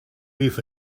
beef